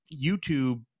youtube